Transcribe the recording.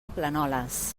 planoles